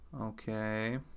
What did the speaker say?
Okay